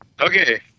Okay